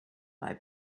buy